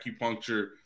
acupuncture